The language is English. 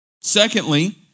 Secondly